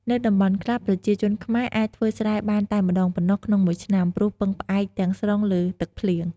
នៅតំបន់ខ្លះ ប្រជាជនខ្មែរអាចធ្វើស្រែបានតែម្ដងប៉ុណ្ណោះក្នុងមួយឆ្នាំ ព្រោះពឹងផ្អែកទាំងស្រុងលើទឹកភ្លៀង។